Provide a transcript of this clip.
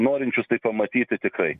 norinčius tai pamatyti tikrai